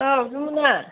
औ जुमुना